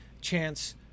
Chance